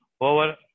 over